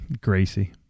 Gracie